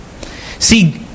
See